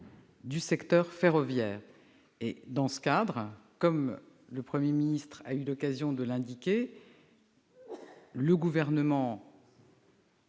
du secteur ferroviaire. Dans ce cadre, comme le Premier ministre a eu l'occasion de l'indiquer, le Gouvernement